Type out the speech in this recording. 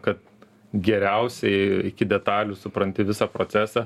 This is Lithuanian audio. kad geriausiai iki detalių supranti visą procesą